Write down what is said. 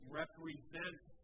represents